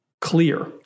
clear